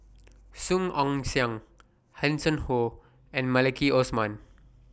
Song Ong Siang Hanson Ho and Maliki Osman